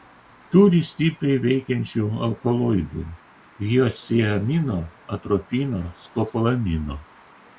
turi stipriai veikiančių alkaloidų hiosciamino atropino skopolamino